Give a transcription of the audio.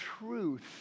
truth